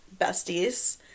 besties